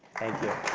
thank you.